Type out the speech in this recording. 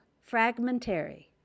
fragmentary